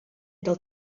del